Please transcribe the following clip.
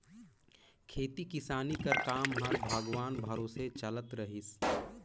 खेती किसानी कर काम हर भगवान भरोसे चलत रहिस